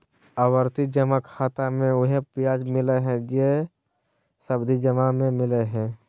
आवर्ती जमा खाता मे उहे ब्याज मिलय हइ जे सावधि जमा में मिलय हइ